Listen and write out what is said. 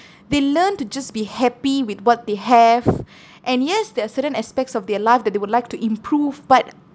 they learn to just be happy with what they have and yes there are certain aspects of their life that they would like to improve but